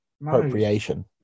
Appropriation